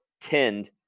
tinned